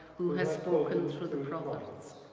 who has spoken through the prophets.